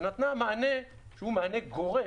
ונתנה מענה שהוא מענה גורף,